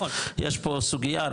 יש פה סוגייה,